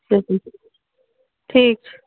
ठीक छै